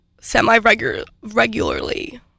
semi-regularly